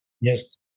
yes